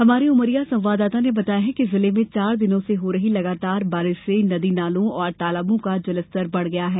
हमारे उमरिया संवाददाता ने बताया है कि जिले में चार दिनों से हो रही लगातार बारिश से नदी नालों और तालाबों का जलस्तर बढ़ गया है